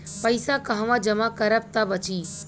पैसा कहवा जमा करब त बची?